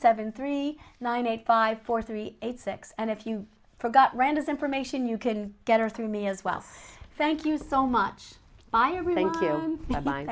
seven three nine eight five four three eight six and if you forgot randy's information you can get her through me as well thank you so much i rethink your mind